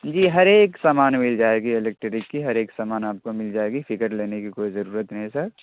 جی ہر ایک سامان مل جائے گی الیکٹرک کی ہر ایک سامان آپ کو مل جائے گی فکر لینے کی کوئی ضرورت نہیں ہے سر